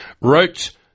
wrote